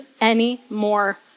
anymore